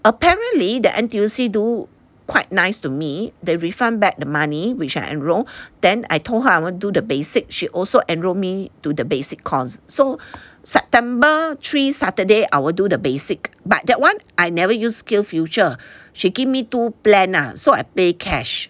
apparently the N_T_U_C do quite nice to me they refund back the money which I enroll then I told her I want do the basic she also enrolled me to the basic course so september three saturday I will do the basic but that one I never use SkillsFuture she give me two plan lah so I pay cash